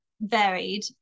varied